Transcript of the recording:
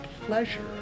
pleasure